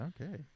okay